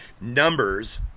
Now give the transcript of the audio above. numbers